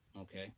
Okay